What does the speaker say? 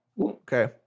Okay